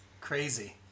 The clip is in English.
Crazy